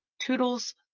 Toodle's